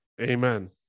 Amen